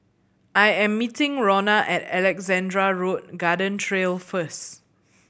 I am meeting Rhona at Alexandra Road Garden Trail first